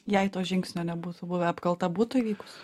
jei to žingsnio nebūtų buvę apkalta būtų įvykus